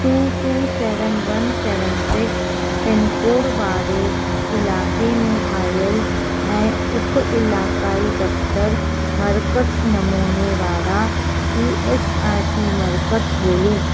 two two seven one seven six pincode वारे इलाइक़े में आयलु ऐं उप इलाक़ाई दफ़्तरु मर्कज़ नमूने वारा ई एस आई सी मर्कज़ ॻोल्हियो